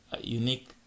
unique